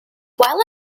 while